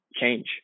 change